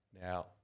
Now